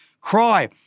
cry